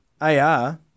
AR